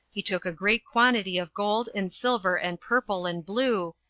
he took a great quantity of gold, and silver, and purple, and blue,